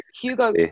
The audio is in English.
hugo